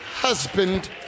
husband